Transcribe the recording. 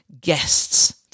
guests